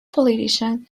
politician